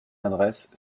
adresse